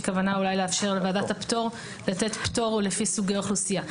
כוונה אולי לאפשר לוועדת הפטור לתת פטור לפי סוגי אוכלוסייה.